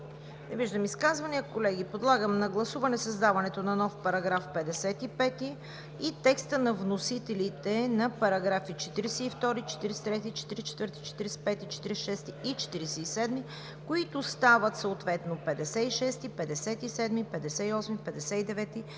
Не виждам изказвания. Колеги, подлагам на гласуване създаването на нов § 55 и текста на вносителите за параграфи 42, 43, 44, 45, 46 и 47, които стават съответно параграфи 56, 57, 58, 59, 60